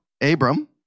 Abram